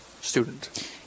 student